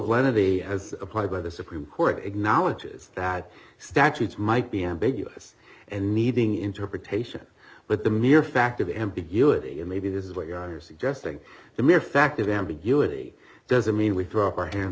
the as applied by the supreme court acknowledges that statutes might be ambiguous and needing interpretation but the mere fact of ambiguity and maybe this is what you are suggesting the mere fact of ambiguity doesn't mean we throw up our hands